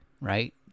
right